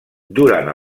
durant